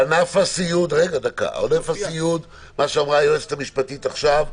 מה שאמרה היועצת המשפטית עכשיו,